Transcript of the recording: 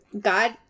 God